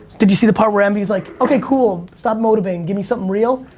did you see the part where envy was like, okay, cool, stop motivating, give me something real.